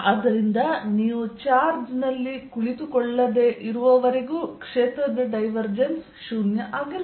ಆದ್ದರಿಂದ ನೀವು ಚಾರ್ಜ್ ನಲ್ಲಿ ಕುಳಿತುಕೊಳ್ಳದಿರುವವರೆಗೂ ಕ್ಷೇತ್ರದ ಡೈವರ್ಜೆನ್ಸ್ 0 ಆಗಿದೆ